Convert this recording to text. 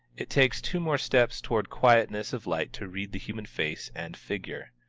it takes two more steps toward quietness of light to read the human face and figure.